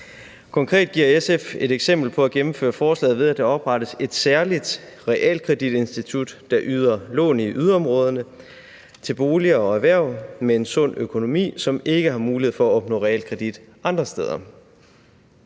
Konkret giver SF et eksempel på at gennemføre forslaget, ved at der oprettes et særligt realkreditinstitut, der yder lån i yderområderne til boliger og erhverv med en sund økonomi, som ikke har mulighed for at opnå realkreditlån andre steder.